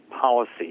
policy